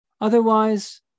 otherwise